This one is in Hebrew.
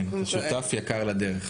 שותף יקר לדרך.